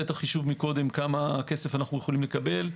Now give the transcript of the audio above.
את החישוב כמה כסף אנחנו יכולים לקבל.